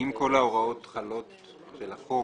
אם כל ההוראות של החוק